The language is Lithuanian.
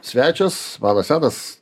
svečias mano senas